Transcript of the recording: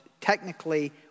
technically